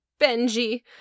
Benji